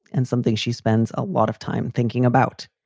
and something she spends a lot of time thinking about.